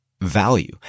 value